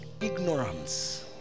ignorance